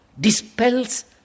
dispels